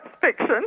fiction